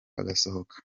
agasohoka